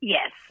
Yes